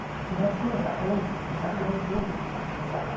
so that's good, so we'll see how it goes. and